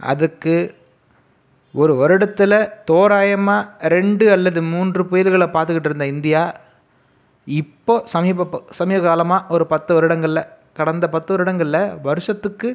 அதுக்கு ஒரு வருடத்தில் தோராயமாக ரெண்டு அல்லது மூன்று புயல்களை பாத்துக்கிட்டிருந்த இந்தியா இப்போது சமீப சமீப காலமாக ஒரு பத்து வருடங்களில் கடந்த பத்து வருடங்களில் வருஷத்துக்கு